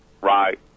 right